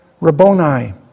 Rabboni